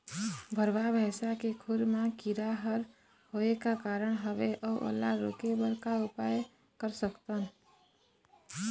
गरवा भैंसा के खुर मा कीरा हर होय का कारण हवए अऊ ओला रोके बर का उपाय कर सकथन?